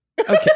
Okay